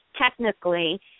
technically